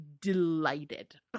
delighted